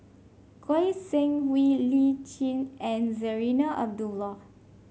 Goi Seng Hui Lee Tjin and Zarinah Abdullah